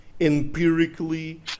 empirically